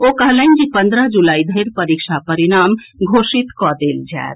ओ कहलनि जे पन्द्रह जुलाई धरि परीक्षा परिणाम घोषित कऽ देल जाएत